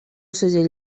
segell